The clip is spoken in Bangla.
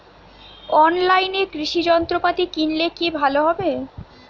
অনলাইনে কৃষি যন্ত্রপাতি কিনলে কি ভালো হবে?